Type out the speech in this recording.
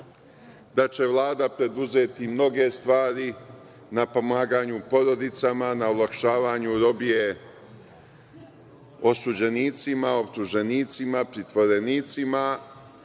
da će Vlada preduzeti mnoge stvari na pomaganju porodicama, na olakšavanju robije osuđenicima, optuženicima, pritvorenicima.